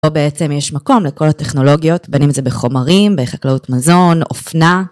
פה בעצם יש מקום לכל הטכנולוגיות, בין אם זה בחומרים, בחקלאות מזון, אופנה.